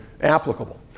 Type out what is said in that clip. applicable